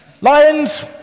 Lions